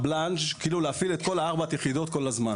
לא נפעיל את כל ארבעת היחידות כל הזמן.